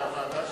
ההצעה